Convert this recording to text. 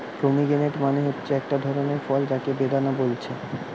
pomegranate মানে হচ্ছে একটা ধরণের ফল যাকে বেদানা বলছে